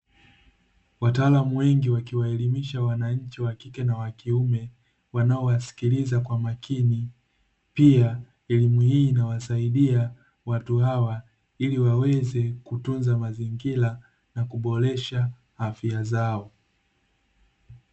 Wataalamu wengi wakiwaelimisha wananchi wa kike na wa kiume, wanaowasikiliza kwa makini. Pia elimu hii inawasaidia watu hawa, ili waweze kutunza mazingira, na kuboresha afya zao.